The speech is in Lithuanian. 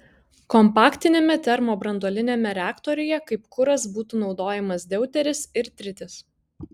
kompaktiniame termobranduoliniame reaktoriuje kaip kuras būtų naudojamas deuteris ir tritis